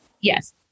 Yes